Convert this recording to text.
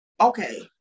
okay